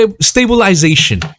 stabilization